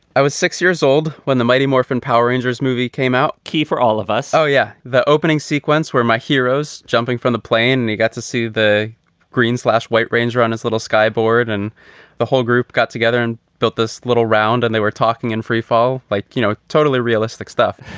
i was six years old when the mighty morphin power rangers movie came out. key for all of us. oh, yeah. the opening sequence where my heroes jumping from the plane, and you got to see the greens last white ranger on his little sky board. and the whole group got together and built this little round and they were talking in freefall like, you know, totally realistic stuff.